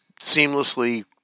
seamlessly